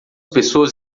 pessoas